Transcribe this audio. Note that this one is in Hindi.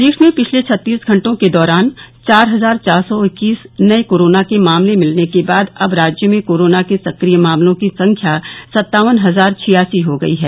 प्रदेश में पिछले छत्तीस घंटों के दौरान चार हजार चार सौ इक्कीस नये कोरोना के मामले मिलने के बाद अब राज्य में कोरोना के सक्रिय मामलों की संख्या सत्तावन हजार छियासी हो गयी है